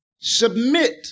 Submit